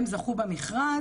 הם זכו במרכז.